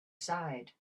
side